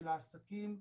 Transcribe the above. של העסקים,